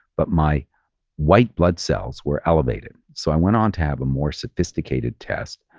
but my white blood cells were elevated. so, i went on to have a more sophisticated test,